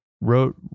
wrote